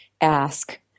Ask